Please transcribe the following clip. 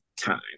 time